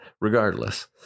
regardless